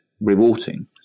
rewarding